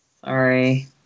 Sorry